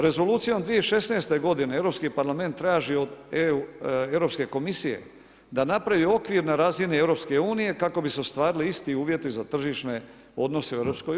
Rezolucijom 2016. godine Europski parlament traži od Europske komisije da napravi okvir na razini EU kako bi se ostvarili isti uvjeti za tržišne odnose u EU.